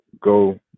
go –